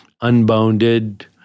unbounded